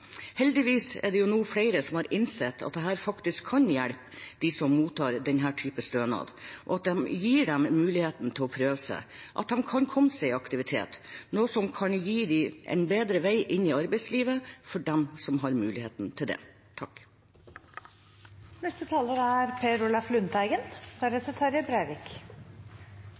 Heldigvis er det nå flere som har innsett at dette faktisk kan hjelpe dem som mottar denne typen stønad, at det gir dem en mulighet til å prøve seg, at de kan komme seg i aktivitet, noe som kan gi dem en bedre vei inn i arbeidslivet – de som har mulighet til det. Først vil jeg takke Arbeiderpartiet for forslaget. Det å gjøre sin plikt og kreve sin rett er